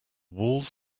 walls